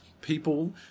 people